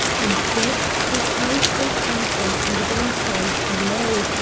instead, his eyes were fastened on the gangplank below,